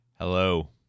Hello